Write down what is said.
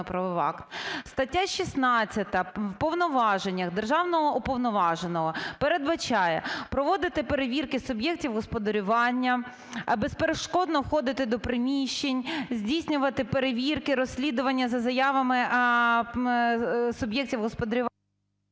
Стаття 16 в повноваженнях державного уповноваженого передбачає проводити перевірки суб'єктів господарювання, безперешкодно входити до приміщень, здійснювати перевірки, розслідування за заявами суб'єктів господарювання…